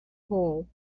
hole